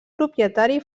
propietari